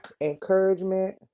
encouragement